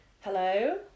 Hello